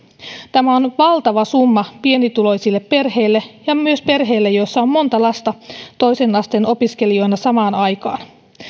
tämä on valtava summa pienituloisille perheille ja myös perheille joissa on monta lasta toisen asteen opiskelijoina samaan aikaan